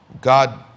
God